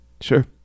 Sure